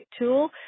tool